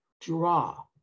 draw